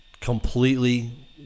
completely